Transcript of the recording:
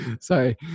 Sorry